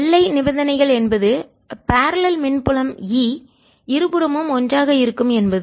எல்லை நிபந்தனைகள் என்பது பரல்லெல்இணையான மின் புலம் E இருபுறமும் ஒன்றாக இருக்கும் என்பது